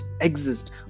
exist